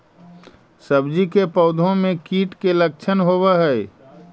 सब्जी के पौधो मे कीट के लच्छन होबहय?